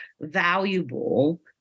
valuable